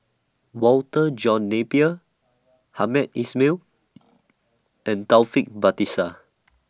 Walter John Napier Hamed Ismail and Taufik Batisah